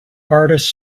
artist